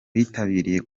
bitabiriye